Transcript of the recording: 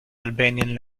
albanian